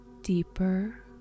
deeper